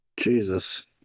Jesus